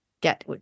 get